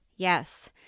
Yes